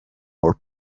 more